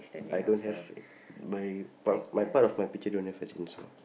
I don't have my part of my part of my picture don't have a chainsaw